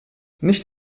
nicht